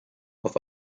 auf